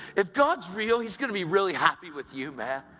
if god's real, he's going to be really happy with you, man!